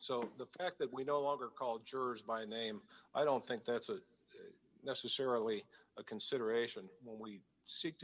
so the fact that we no longer call jurors by name i don't think that's necessarily a consideration when we seek